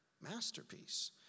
masterpiece